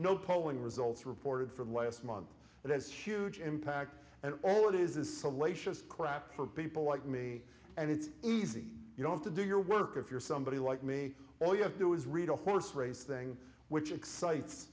no polling results reported from last month and there's huge impact and all it is is salacious crap for people like me and it's easy you don't have to do your work if you're somebody like me all you have to do is read a horse race thing which excites